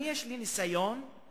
אני, יש לי ניסיון קטן.